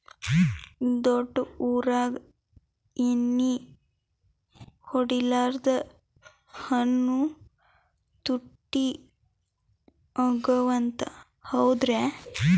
ದೊಡ್ಡ ಊರಾಗ ಎಣ್ಣಿ ಹೊಡಿಲಾರ್ದ ಹಣ್ಣು ತುಟ್ಟಿ ಅಗವ ಅಂತ, ಹೌದ್ರ್ಯಾ?